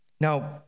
Now